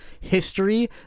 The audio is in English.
history